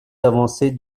avancée